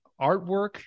artwork